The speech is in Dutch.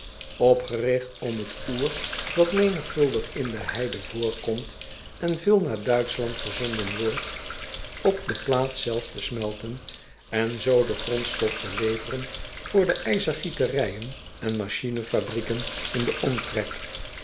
opgerigt om het oer dat menigvuldig in de heide voorkomt en veel naar uitschland verzonden wordt op de plaats zelve te smelten en zoo de grondstof te leveren voor de ijzergieterijen en machinefabrieken in den omtrek